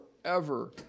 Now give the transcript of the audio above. forever